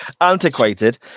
antiquated